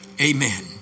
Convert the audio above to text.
Amen